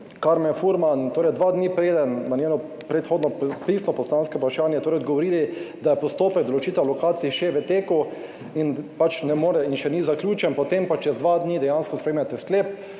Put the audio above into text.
Karmen Furman dva dni prej na njeno predhodno pisno poslansko vprašanje odgovorili, da je postopek določitve lokacij še v teku in še ni zaključen, potem pa čez dva dni dejansko sprejmete sklep,